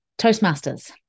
Toastmasters